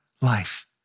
life